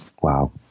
Wow